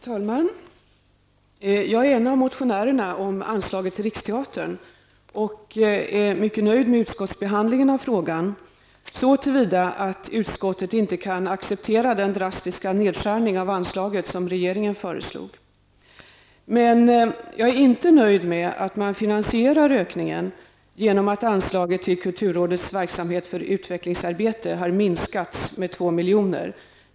Herr talman! Jag är en av dem som har motionerat om anslaget till Riksteatern och är mycket nöjd med utskottsbehandlingen av frågan så till vida att utskottet inte kan acceptera den drastiska nedskärning av anslaget som regeringen föreslog. Men jag är inte nöjd med att man finansierar ökningen genom att anslaget till kulturrådets verksamhet för utvecklingsarbete minskas med 2 miljoner.